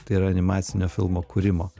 tai yra animacinio filmo kūrimo